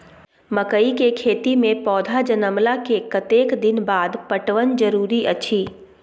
मकई के खेती मे पौधा जनमला के कतेक दिन बाद पटवन जरूरी अछि?